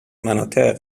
مناطق